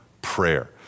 Prayer